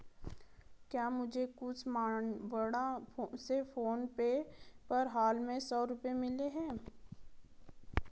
क्या मुझे कुश मावड़ा से फ़ोनपे पर हाल में सौ रुपये मिले हैं